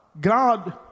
God